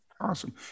Awesome